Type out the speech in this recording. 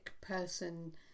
person